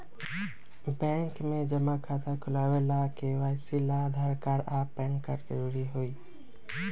bank में जमा खाता खुलावे ला के.वाइ.सी ला आधार कार्ड आ पैन कार्ड जरूरी हई